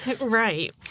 Right